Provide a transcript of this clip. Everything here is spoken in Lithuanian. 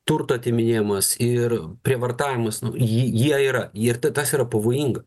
turto atiminėjimas ir prievartavimas nu ji jie yra ir tas yra pavojinga